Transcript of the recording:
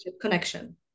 connection